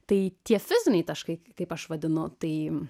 tai tie fiziniai taškai kaip aš vadinu tai